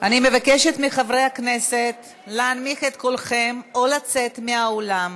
אני מבקשת מחברי הכנסת להנמיך את קולכם או לצאת מהאולם.